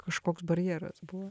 kažkoks barjeras buvo